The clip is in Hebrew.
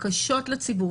קשות לציבור,